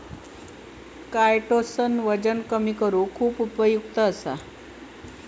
chitosan वजन कमी करुक खुप उपयुक्त हा